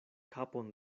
kapon